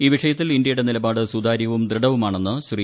ഈ വിഷയത്തിൽ ഇന്ത്യയുടെ നിലപാട് സുതാര്യവും ദൃഡവുമാണെന്ന് ശ്രീ